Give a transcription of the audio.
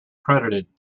credited